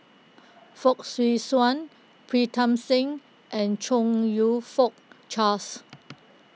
Fong Swee Suan Pritam Singh and Chong You Fook Charles